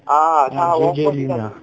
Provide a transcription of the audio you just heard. J_J lin ah